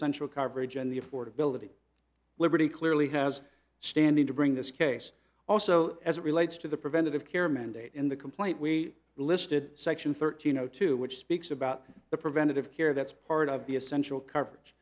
essential coverage and the affordability liberty clearly has standing to bring this case also as it relates to the preventative care mandate in the complaint we listed section thirteen zero two which speaks about the preventative care that's part of the essential coverage